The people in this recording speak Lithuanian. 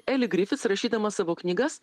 eli grific rašydama savo knygas